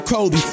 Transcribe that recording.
Kobe